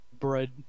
bread